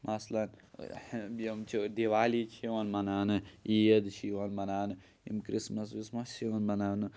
مثلن یِم چھِ دیوالی چھِ یِوان مَناونہٕ عید چھِ یِوان مَناونہٕ یِم کِرٛسمَس وِسمَس چھِ یِوان مَناونہٕ